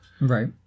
Right